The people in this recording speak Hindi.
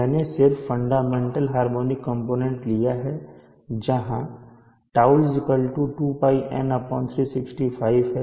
मैंने सिर्फ फंडामेंटल हार्मोनिक लिया है जहां τ 2πN365 हैं